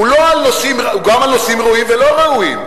הוא גם על נושאים ראויים ולא ראויים.